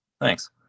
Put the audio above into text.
thanks